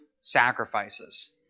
sacrifices